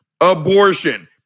Abortion